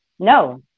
No